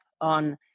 on